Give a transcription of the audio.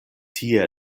tie